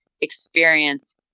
experience